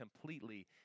completely